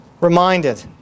reminded